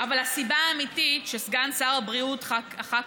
אבל הסיבה האמיתית היא שסגן שר הבריאות הח"כ